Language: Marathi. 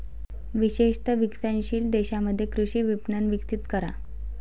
विशेषत विकसनशील देशांमध्ये कृषी विपणन विकसित करा